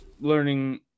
learning